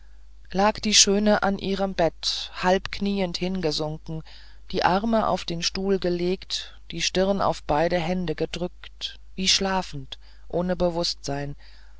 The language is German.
lag die schöne an ihrem bett halbknieend hingesunken die arme auf den stuhl gelegt die stirn auf beide hände gedrückt wie schlafend ohne bewußtsein